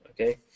okay